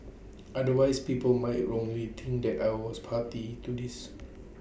otherwise people might wrongly think that I was party to this